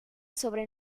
sobre